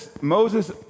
Moses